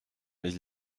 mais